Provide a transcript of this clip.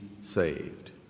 saved